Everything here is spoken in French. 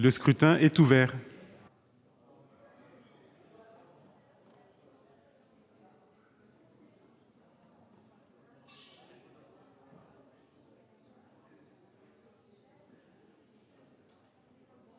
Le scrutin est ouvert.